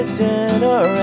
dinner